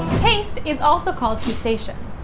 taste is also called gustation.